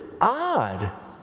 odd